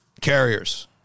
carriers